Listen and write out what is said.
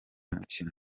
mukino